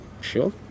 sure